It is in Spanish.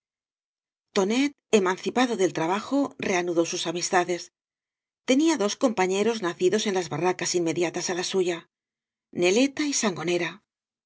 emancipado del trabajo reanudó sus amistades tenía dos compañeros nacidos en las barracas inmediatas á la suya neleta y sangonera